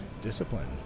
discipline